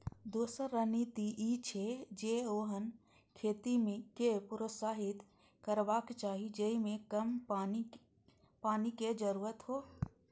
दोसर रणनीति ई छै, जे ओहन खेती कें प्रोत्साहित करबाक चाही जेइमे कम पानिक जरूरत हो